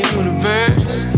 universe